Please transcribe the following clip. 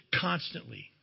constantly